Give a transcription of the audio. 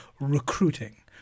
recruiting